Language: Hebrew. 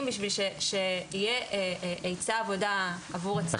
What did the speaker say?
בשביל שיהיה היצע עבודה עבור הצעיר.